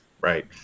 Right